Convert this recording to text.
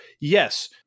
yes